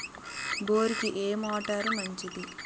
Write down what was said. బోరుకి ఏ మోటారు మంచిది?